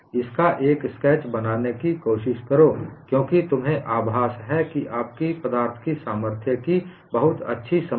इसका एक स्केच बनाने की कोशिश करो क्योंकि तुम्हे आभास है कि आपकी पदार्थ की सामर्थ्य की बहुत अच्छी समझ है